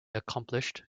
accomplished